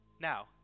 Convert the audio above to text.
Now